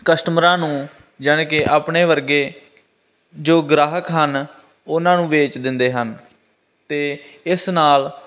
ਕਸਟਮਰਾਂ ਨੂੰ ਜਾਨੀ ਕਿ ਆਪਣੇ ਵਰਗੇ ਜੋ ਗ੍ਰਾਹਕ ਹਨ ਉਹਨਾਂ ਨੂੰ ਵੇਚ ਦਿੰਦੇ ਹਨ ਅਤੇ ਇਸ ਨਾਲ